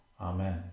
Amen